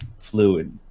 fluid